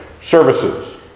services